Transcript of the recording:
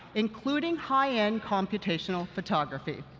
including high-end computational photography.